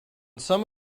some